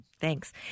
Thanks